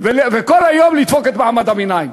וכל היום לדפוק את מעמד הביניים.